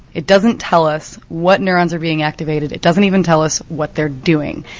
it doesn't tell us what neurons are being activated, it doesn't even tell us what they're doing.